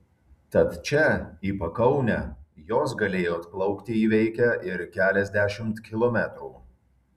tad čia į pakaunę jos galėjo atplaukti įveikę ir keliasdešimt kilometrų